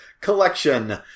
collection